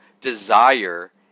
desire